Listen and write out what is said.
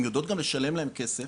הם יודעות גם לשלם להם כסף,